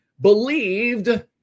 believed